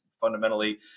fundamentally